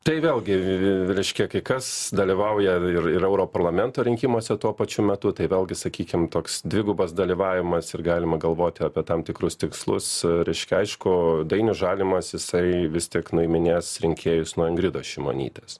tai vėlgi reiškia kai kas dalyvauja ir ir europarlamento rinkimuose tuo pačiu metu tai vėlgi sakykim toks dvigubas dalyvavimas ir galima galvoti apie tam tikrus tikslus reiškia aišku dainius žalimas jisai vis tik nuiminės rinkėjus nuo ingridos šimonytės